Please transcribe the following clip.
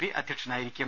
P അധ്യക്ഷനായിരിക്കും